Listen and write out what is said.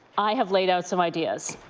i have laid out some ideas.